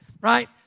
right